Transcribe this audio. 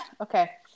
Okay